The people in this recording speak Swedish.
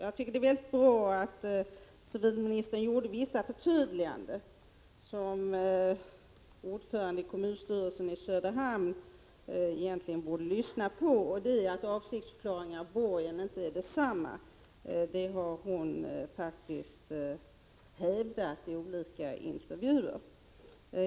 Jag tycker det är bra att civilministern gjorde vissa förtydliganden — som ordföranden i kommunstyrelsen i Söderhamn egentligen borde lyssna på — om att avsiktsförklaring och borgen inte är detsamma, vilket denna ordförande faktiskt hävdat i olika intervjuer.